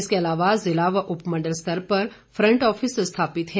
इसके अलावा जिला व उपमंडल स्तर पर फंट ऑफिस स्थापित हैं